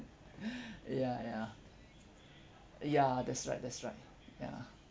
ya ya ya that's right that's right ya